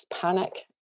panic